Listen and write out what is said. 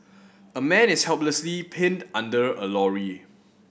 a man is helplessly pinned under a lorry